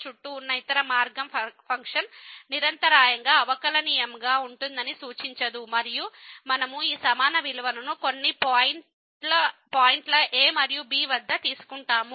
చుట్టూ ఉన్న ఇతర మార్గం ఫంక్షన్ అవిచ్ఛినీయంగా అవకలనియమం గా ఉంటుందని సూచించదు మరియు మనము ఈ సమాన విలువలను కొన్ని పాయింట్ల a మరియు b వద్ద తీసుకుంటాము